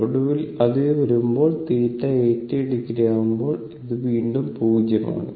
ഒടുവിൽ അത് വരുമ്പോൾ θ 80o ആവുമ്പോൾ അത് വീണ്ടും 0 ആണ്